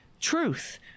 truth